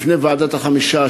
לפני ועדת החמישה,